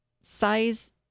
size